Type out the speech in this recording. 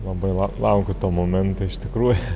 labai lau laukiu to momento iš tikrųjų